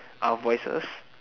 our voices